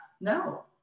No